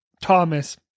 Thomas